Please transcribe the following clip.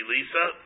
Lisa